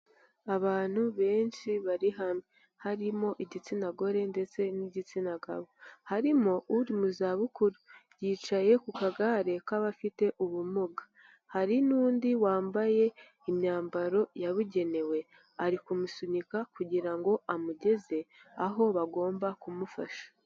Abantu benshi bari hamwe, harimo igitsina gore ndetse n'igitsina gabo, harimo uri mu zabukuru, yicaye ku kagare k'abafite ubumuga, hari n'undi wambaye imyambaro yabugenewe, ari kumusunika kugira ngo amugeze aho bagomba kumufasha.